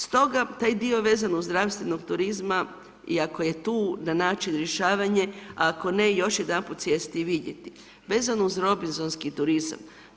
Stoga taj dio vezano uz zdravstveni turizam iako je tu na način rješavanje, ako ne, još jedanput sjesti i vidjet vezano uz robinzonski turizam.